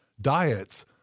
diets